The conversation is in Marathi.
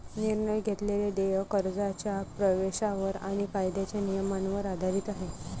निर्णय घेतलेले देय कर्जाच्या प्रवेशावर आणि कायद्याच्या नियमांवर आधारित आहे